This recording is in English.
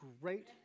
great